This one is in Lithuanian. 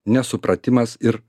nesupratimas ir